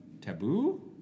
taboo